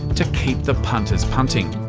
to keep the punters punting.